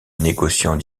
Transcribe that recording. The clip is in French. négociants